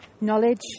knowledge